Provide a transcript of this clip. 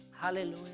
Hallelujah